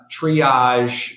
triage